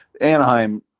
Anaheim